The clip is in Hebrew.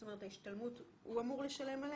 זאת אומרת, על ההשתלמות הוא אמור לשלם?